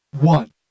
one